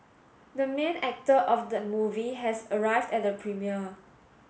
the main actor of the movie has arrived at the premiere